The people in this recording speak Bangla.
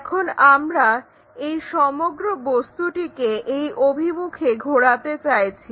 এখন আমরা এই সমগ্র বস্তুটিকে এই অভিমুখে ঘোরাতে চাইছি